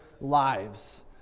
lives